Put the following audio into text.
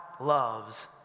loves